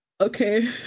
Okay